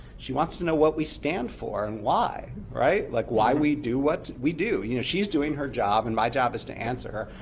she wants to know what we stand for, and why. like why we do what we do. you know she's doing her job, and my job is to answer her.